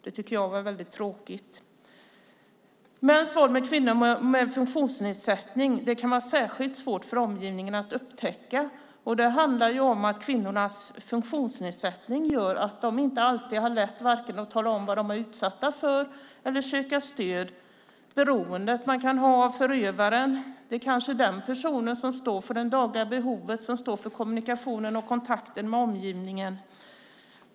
Det tycker jag var väldigt tråkigt. Mäns våld mot kvinnor med funktionsnedsättning kan vara särskilt svårt för omgivningen att upptäcka. Kvinnornas funktionsnedsättning gör att de inte alltid har lätt att tala om vad de är utsatta för eller söka stöd. De kan vara beroende av förövaren. Det kanske är den personen som står för de dagliga behoven, kommunikationen och kontakten med omgivningen.